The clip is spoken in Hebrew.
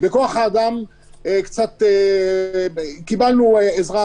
בכוח האדם קיבלנו עזרה,